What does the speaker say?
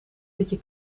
liedje